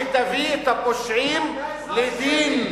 שתביא את הפושעים לדין.